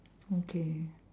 okay